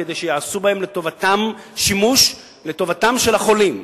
כדי שיעשו בהן שימוש לטובתם של החולים,